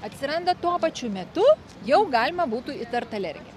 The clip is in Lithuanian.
atsiranda tuo pačiu metu jau galima būtų įtart alergia